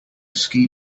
ski